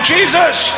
Jesus